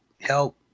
help